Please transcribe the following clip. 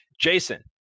Jason